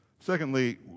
Secondly